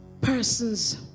persons